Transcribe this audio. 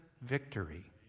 victory